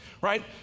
Right